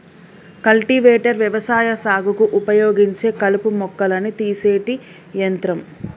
cultivator వ్యవసాయ సాగుకు ఉపయోగించే కలుపు మొక్కలను తీసేటి యంత్రం